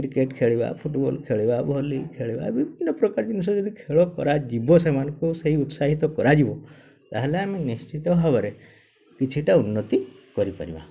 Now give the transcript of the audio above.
cricket ଖେଳିବା football ଖେଳିବା volley ଖେଳିବା ବିଭିନ୍ନ ପ୍ରକାର ଜିନିଷ ଯଦି ଖେଳ କରାଯିବ ସେମାନଙ୍କୁ ସେଇ ଉତ୍ସାହିତ କରାଯିବ ତାହେଲେ ଆମେ ନିଶ୍ଚିତ ଭାବରେ କିଛିଟା ଉନ୍ନତି କରିପାରିବା